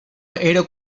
era